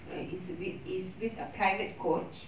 err is with is with a private coach